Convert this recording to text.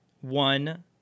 One